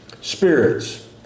Spirits